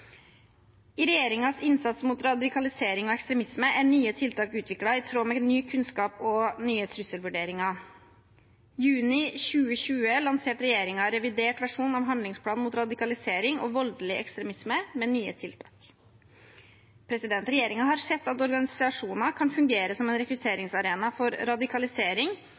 I regjeringens innsats mot radikalisering og ekstremisme er nye tiltak utviklet i tråd med ny kunnskap og nye trusselvurderinger. I juni 2020 lanserte regjeringen revidert versjon av Handlingsplan mot radikalisering og voldelig ekstremisme med nye tiltak. Regjeringen har sett at organisasjoner kan fungere som en rekrutteringsarena for radikalisering,